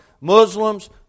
Muslims